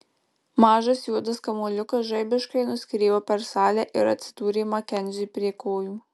mažas juodas kamuoliukas žaibiškai nuskriejo per salę ir atsidūrė makenziui prie kojų